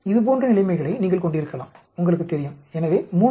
இதுபோன்ற நிலைமைகளை நீங்கள் கொண்டிருக்கலாம் உங்களுக்குத் தெரியும் எனவே 3